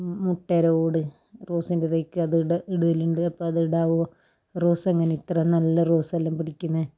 മുട്ടയുടെ ഓട് റോസിൻ്റെ തൈക്ക് അത് ഇട്ട് ഇടൽ ഉണ്ട് അപ്പം അതിടാമോ റോസ് എങ്ങനെ ഇത്ര നല്ല റോസ് എല്ലാം പിടിക്കുന്നത്